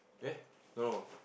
eh no no